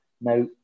Now